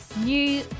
new